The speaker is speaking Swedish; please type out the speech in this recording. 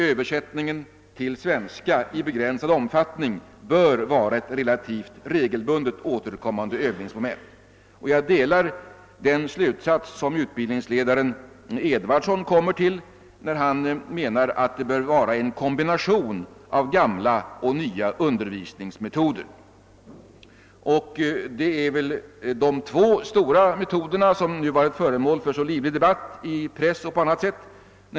Översättning till svenska i begränsad omfattning bör vara ett relativt regelbundet återkommande övningsmoment. Jag delar den slutsats som utbildningsledaren Edwardsson kommer till, nämligen att det bör vara en kombination av gamla och nya undervisningsmetoder. Det finns ju två metoder, som nu varit föremål för livlig debatt i pressen och på annat sätt.